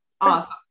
awesome